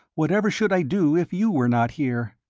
whatever should i do if you were not here?